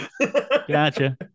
Gotcha